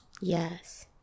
Yes